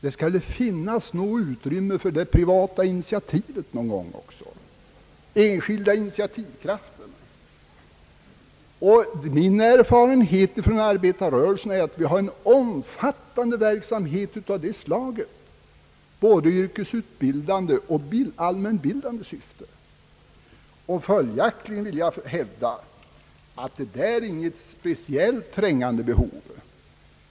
Det skall väl finnas något utrymme för det berömda »privata initiativet» också! Min erfarenhet från arbetarrörelsen är att vi har en omfattande verksamhet, både i yrkesutbildande och allmänbildande syfte. Följaktligen vill jag hävda att här inte föreligger något speciellt trängande behov.